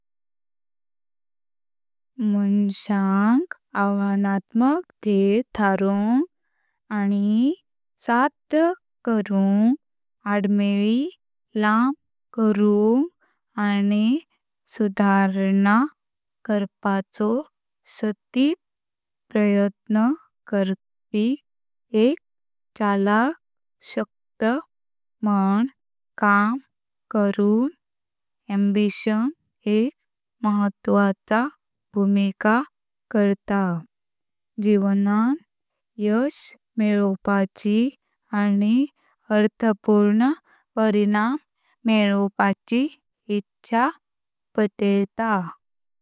माणसांक आव्हानात्मक ध्येय ठरवोक आनी साध्य करूंयाक आडमेली लांब करूक आनी सुधारणा करपाचो सतित प्रयत्न करपी एक चाळक शक्त म्हूण काम करून अॅम्बिशन एक महत्वाच्या भूमिका करता। जीवनान यश मेलवपाची आनी अर्थपूर्ण परिणाम मेलवपाची इच्छा पेटायता।